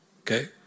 okay